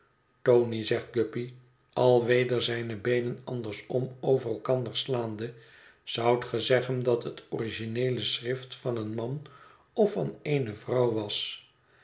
tony zegt guppy alweder zijne beenen andersom over elkander slaande zoudt ge zeggen dat het origineele schrift van een man of van eene vrouw was